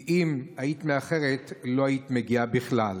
כי אם היית מאחרת, לא היית מגיעה בכלל.